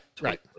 right